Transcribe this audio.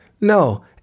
no